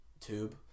tube